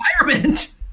environment